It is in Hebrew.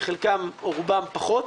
וחלקם או רובם פחות,